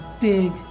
big